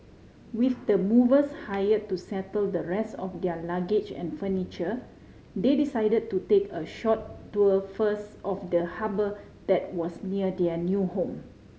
with the movers hire to settle the rest of their luggage and furniture they decide to take a short tour first of the harbour that was near their new home